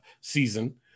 season